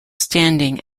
standing